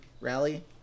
rally